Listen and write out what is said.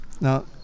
Now